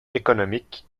économiques